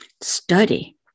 study